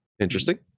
Interesting